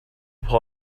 pull